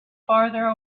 farther